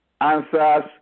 answers